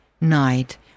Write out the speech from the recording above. night